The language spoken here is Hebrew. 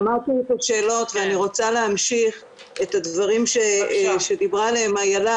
שמעתי את השאלות ואני רוצה להמשיך את הדברים שדיברה עליהם אילה,